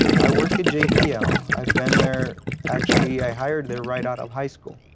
i work at jpl. i've been there actually, i hired there right out of high school.